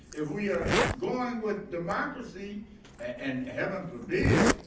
if we are going with democracy and heaven forbid,